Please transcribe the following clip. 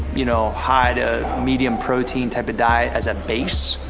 you know, high to medium protein type of diet as a base.